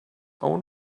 own